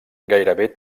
gairebé